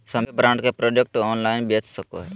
सभे ब्रांड के product online बेच सको हइ